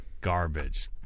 Garbage